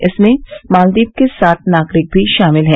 इसमें मालदीप के सात नागरिक भी शामिल हैं